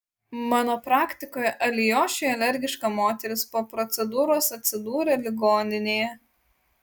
mano praktikoje alijošiui alergiška moteris po procedūros atsidūrė ligoninėje